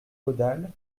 caudales